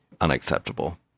unacceptable